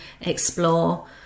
explore